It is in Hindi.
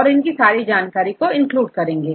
और इनकी सारी जानकारी को इंक्लूड करेंगे